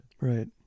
Right